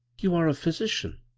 you are a physician?